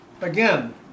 Again